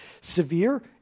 severe